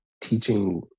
teaching